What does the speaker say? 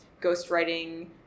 ghostwriting